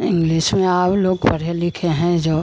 English में आप लोग पढ़े लिखे हैं जो